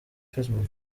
facebook